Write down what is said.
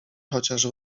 chociaż